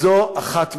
וזו אחת מהן.